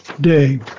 day